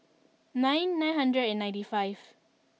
nine nine hundred and ninety five